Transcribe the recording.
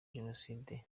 jenoside